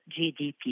GDP